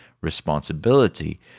responsibility